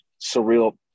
surreal